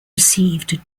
received